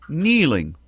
kneeling